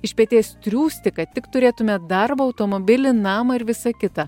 iš peties triūsti kad tik turėtume darbo automobilį namą ir visa kita